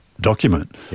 document